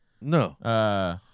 No